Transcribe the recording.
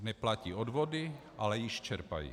Neplatí odvody, ale již čerpají.